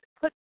put